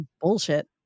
bullshit